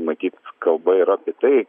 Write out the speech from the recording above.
matyt kalba yra apie tai